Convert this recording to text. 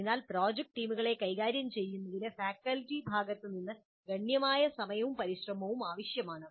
അതിനാൽ പ്രോജക്റ്റ് ടീമുകളെ കൈകാര്യം ചെയ്യുന്നതിന് അത് എണ്ണത്തിൽ വളരെ വലുതായിരിക്കും ഫാക്കൽറ്റി ഭാഗത്തു നിന്ന് ഗണ്യമായ സമയവും പരിശ്രമവും ആവശ്യമാണ്